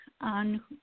on